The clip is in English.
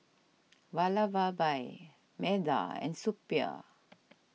Vallabhbhai Medha and Suppiah